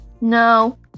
No